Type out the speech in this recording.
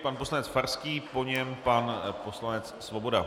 Pan poslanec Farský, po něm pan poslanec Svoboda.